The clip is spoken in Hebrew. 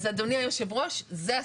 אדוני היושב הראש, אז זה הסיפור.